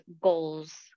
goals